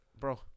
Bro